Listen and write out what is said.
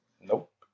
Nope